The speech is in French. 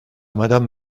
madame